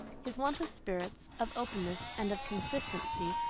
his want of spirits, of openness, and of consistency,